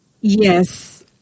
Yes